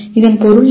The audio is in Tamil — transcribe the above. இதன் பொருள் என்ன